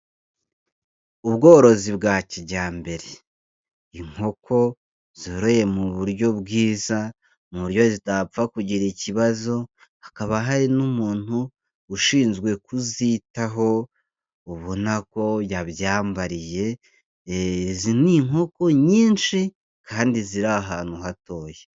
Ubworozi bwa kijyambere. Inkoko zoroye mu buryo bwiza, Muburyo zidapfa kugira ikibazo, hakaba hari n'umuntu ushinzwe kuzitaho ubona ko yabyambariye. Izi ni inkoku nyinshi, kandi ziri ahantu hatoya.